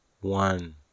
One